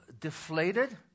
deflated